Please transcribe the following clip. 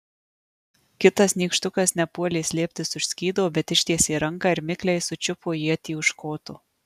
kitas nykštukas nepuolė slėptis už skydo bet ištiesė ranką ir mikliai sučiupo ietį už koto